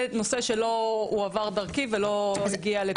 זה נושא שלא הועבר דרכי ולא הגיע פתחי.